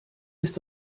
ist